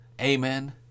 amen